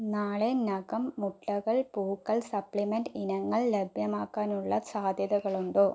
നാളെ നകം മുട്ടകൾ പൂക്കൾ സപ്ലിമെന്റ് ഇനങ്ങൾ ലഭ്യമാക്കാനുള്ള സാധ്യതകളുണ്ടോ